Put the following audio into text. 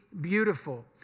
beautiful